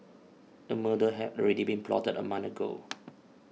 a murder had already been plotted a month ago